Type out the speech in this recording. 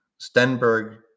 Stenberg